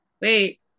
wait